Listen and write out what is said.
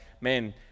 man